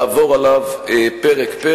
לעבור עליו פרק-פרק